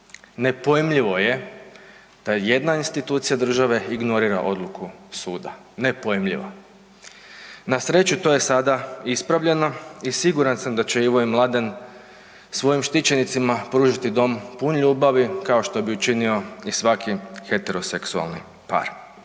Nepojmljivo je da jedna institucija države ignorira odluku suda, nepojmljivo. Na sreću to je sada ispravljeno i siguran sam da će Ivo i Mladen svojim štićenicima pružiti dom pun ljubavi kao što bi učinio i svaki heteroseksualni par.